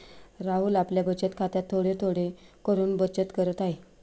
राहुल आपल्या बचत खात्यात थोडे थोडे करून बचत करत आहे